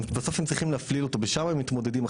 בסוף הם צריכים להפליל אותו ושמה הם מתמודדים.